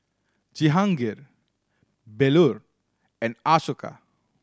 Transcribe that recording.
Jehangirr Bellur and Ashoka